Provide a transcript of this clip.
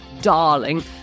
darling